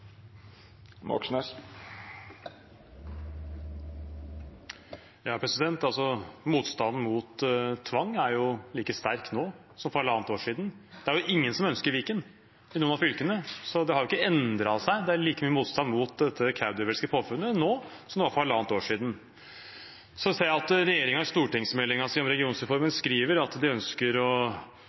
Motstanden mot tvang er like sterk nå som for halvannet år siden. Det er jo ingen som ønsker Viken i noen av fylkene. Det har ikke endret seg. Det er like mye motstand mot dette kaudervelske påfunnet nå som det var for halvannet år siden. Jeg ser at regjeringen i stortingsmeldingen om regionreformen skriver at de ønsker å